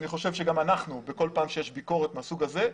אני חושב שגם אנחנו וכל פעם שיש ביקורת מהסוג הזה,